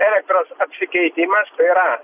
elektros apsikeitimas tai yra